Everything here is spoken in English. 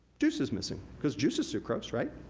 juice is missing. cause juice is sucrose, right,